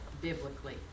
biblically